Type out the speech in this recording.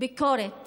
ביקורת